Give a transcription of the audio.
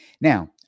Now